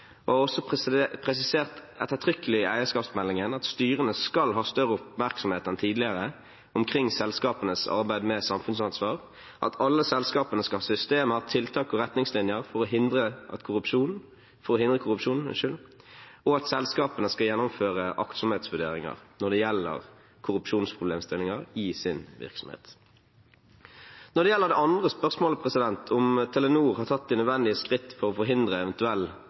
og har også presisert ettertrykkelig i eierskapsmeldingen at styrene skal ha større oppmerksomhet enn tidligere omkring selskapenes arbeid med samfunnsansvar, at alle selskapene skal ha systemer, tiltak og retningslinjer for å hindre korrupsjon, og at selskapene skal gjennomføre aktsomhetsvurderinger når det gjelder korrupsjonsproblemstillinger i sin virksomhet. Når det gjelder det andre spørsmålet, om Telenor har tatt de nødvendige skritt for å forhindre eventuell